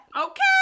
Okay